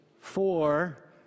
four